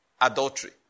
adultery